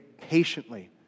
patiently